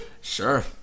Sure